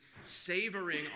savoring